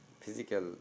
physical